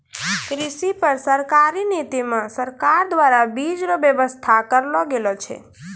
कृषि पर सरकारी नीति मे सरकार द्वारा बीज रो वेवस्था करलो गेलो छै